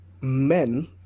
men